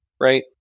right